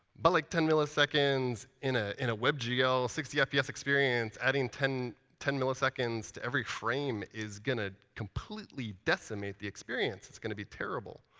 but like ten milliseconds in ah in a webgl sixty yeah fps experience, adding ten ten milliseconds to every frame is going to completely decimate the experience. it's going to be terrible.